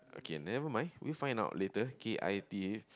okay nevermind we'll find out later K I T